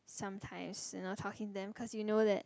sometimes you know talking them cause you know that